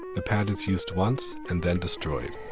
the pad is used once and then destroyed